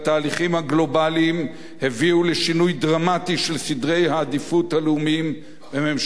הביאה לשינוי דרמטי של סדרי העדיפות הלאומיים בממשלת רבין השנייה.